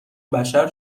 بشر